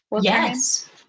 Yes